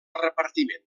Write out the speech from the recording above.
repartiment